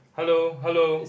hello hello